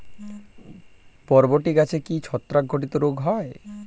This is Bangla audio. বরবটি গাছে কি ছত্রাক ঘটিত রোগ হয়?